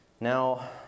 Now